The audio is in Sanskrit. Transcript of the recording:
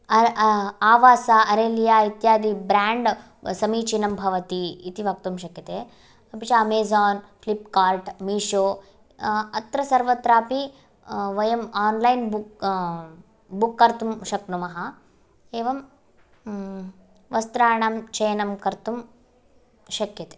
आवास अरेनिय इत्यादि ब्राण्ड् समीचीनं भवति इति वक्तुं शक्यते अपि च अमेज़ान् फ़्लिप्कार्ट् मीशो अत्र सर्वत्रापि वयम् ओन्लैन् बुक् बुक्कर्तुं शक्नुमः एवं वस्त्राणां चयनं कर्तुं शक्यते